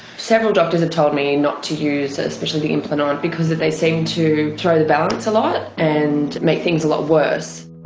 several doctors have told me not to use especially the implanon because they seemed to throw the balance a lot and make things a lot worse.